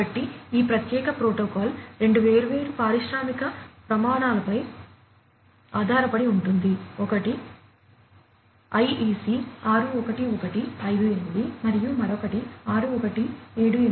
కాబట్టి ఈ ప్రత్యేక ప్రోటోకాల్ రెండు వేర్వేరు పారిశ్రామిక ప్రమాణాలపై ఆధారపడి ఉంటుంది ఒకటి ఐఇసి 61158 మరియు మరొకటి 61784